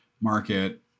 market